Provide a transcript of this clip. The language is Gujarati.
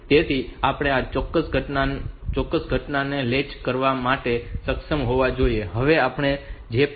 તેથી આપણે આ ચોક્કસ ઘટનાની ઘટનાને લૅચ કરવા માટે સમર્થ હોવા જોઈએ હવે આપણે જે પણ કહ્યું છે તે 5